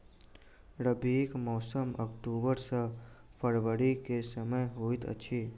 रबीक मौसम अक्टूबर सँ फरबरी क समय होइत अछि